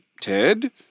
Ted